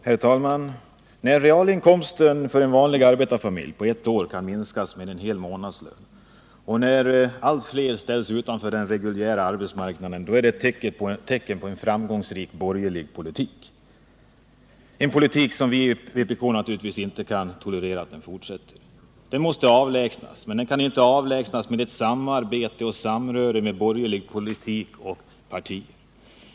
Herr talman! När realinkomsten för en vanlig arbetarfamilj på ett år kan minska med en hel månadslön och när allt fler ställs utanför den reguljära arbetsmarknaden är detta tecken på en framgångsrik borgerlig politik — en politik som vpk naturligtvis inte kan tolerera. Den måste avlägsnas, men den kan inte avlägsnas med samarbete och samröre med borgerliga partier.